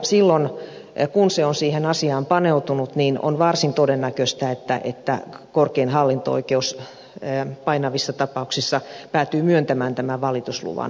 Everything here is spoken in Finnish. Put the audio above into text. silloin kun se on siihen asiaan paneutunut on varsin todennäköistä että korkein hallinto oikeus painavissa tapauksissa päätyy myöntämään tämän valitusluvan